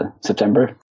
September